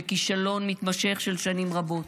בכישלון מתמשך של שנים רבות.